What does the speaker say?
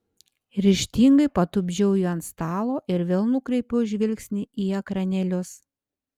ryžtingai patupdžiau jį ant stalo ir vėl nukreipiau žvilgsnį į ekranėlius